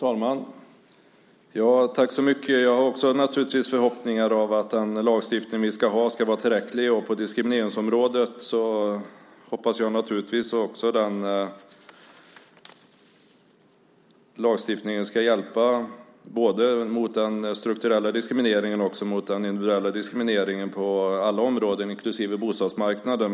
Fru talman! Tack så mycket! Jag har naturligtvis också förhoppningar om att den lagstiftning vi ska ha ska vara tillräcklig. Och på diskrimineringsområdet hoppas jag naturligtvis också att den lagstiftningen ska hjälpa både mot den strukturella diskrimineringen och mot den individuella diskrimineringen på alla områden, inklusive bostadsmarknaden.